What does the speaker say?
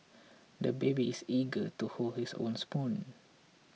the baby is eager to hold his own spoon